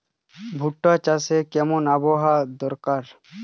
ভুট্টা চাষে কেমন আবহাওয়া দরকার?